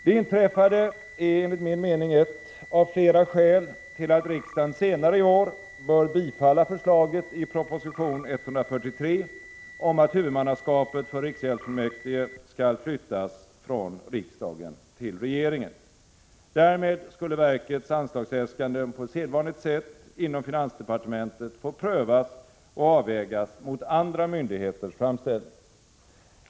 Det inträffade är enligt min mening ett av flera skäl till att riksdagen senare i vår bör bifalla förslaget i proposition 143 om att huvudmannaskapet för riksgäldsfullmäktige skall flyttas från riksdagen till regeringen. Därmed skulle verkets anslagsäskanden på sedvanligt sätt inom finansdepartementet få prövas och avvägas mot andra myndigheters framställningar.